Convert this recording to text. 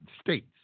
states